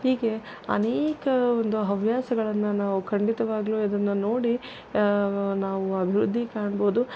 ಹೀಗೆ ಅನೇಕ ಒಂದು ಹವ್ಯಾಸಗಳನ್ನು ನಾವು ಖಂಡಿತವಾಗ್ಲೂ ಇದನ್ನು ನೋಡಿ ನಾವು ಅಭಿವೃದ್ಧಿ ಕಾಣ್ಬೋದು